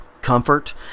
comfort